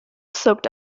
soaked